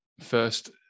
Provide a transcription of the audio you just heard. first